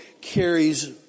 carries